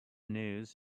news